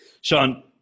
Sean